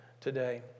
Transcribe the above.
today